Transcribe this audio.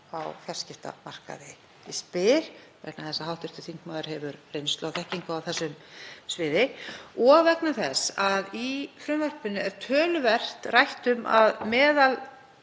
á fjarskiptamarkaði. Ég spyr vegna þess að hv. þingmaður hefur reynslu og þekkingu á þessu sviði og vegna þess að í frumvarpinu er töluvert rætt um að